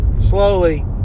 slowly